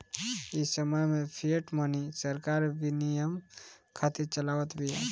इ समय में फ़िएट मनी सरकार विनिमय खातिर चलावत बिया